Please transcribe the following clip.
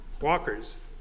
walkers